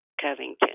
Covington